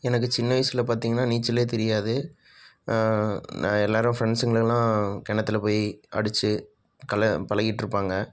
எனக்கு சின்ன வயசில் பார்த்தீங்கன்னா நீச்சலே தெரியாது நான் எல்லாேரும் ஃப்ரெண்ட்ஸுங்களெல்லாம் கிணத்துல போய் அடித்து கல பழகிட்ருப்பாங்க